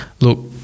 look